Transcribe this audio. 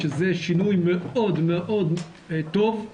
שזה שינוי מאוד מאוד טוב,